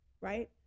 right